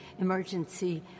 emergency